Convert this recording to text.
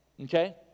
Okay